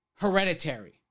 hereditary